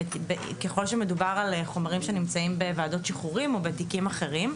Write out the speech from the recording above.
ככל שמדובר על חומרים שנמצאים בוועדות שחרורים או בתיקים אחרים,